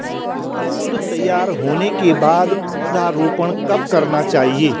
पौध तैयार होने के बाद पौधा रोपण कब करना चाहिए?